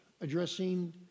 addressing